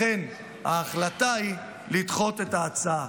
לכן ההחלטה היא לדחות את ההצעה.